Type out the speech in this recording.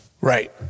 Right